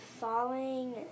falling